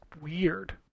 Weird